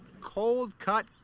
cold-cut